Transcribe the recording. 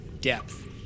depth